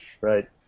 right